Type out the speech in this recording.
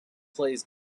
plays